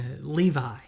Levi